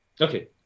okay